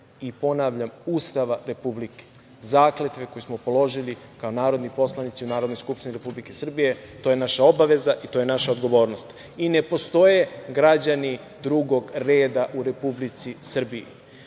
Ponavljam, Ustava republike, zakletve koju smo položili kao narodni poslanici u Narodnoj skupštini Republike Srbije. To je naša obaveza i to je naša odgovornost. Ne postoje građani drugog reda u Republici Srbiji. Srbija